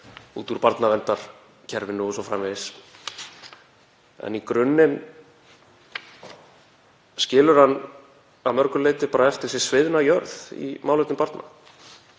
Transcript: út úr barnaverndarkerfinu o.s.frv. En í grunninn skilur hann að mörgu leyti bara eftir sig sviðna jörð í málefnum barna.